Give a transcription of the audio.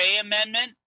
amendment